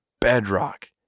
bedrock